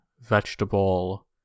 vegetable